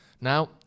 Now